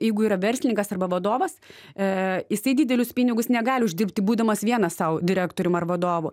jeigu yra verslininkas arba vadovas e jisai didelius pinigus negali uždirbti būdamas vienas sau direktorium ar vadovu